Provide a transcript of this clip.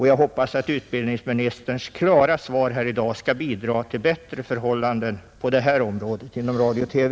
Jag hoppas att utbildningsministerns klara svar här i dag skall bidra till bättre förhållanden på detta område inom radio-TV.